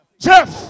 Jeff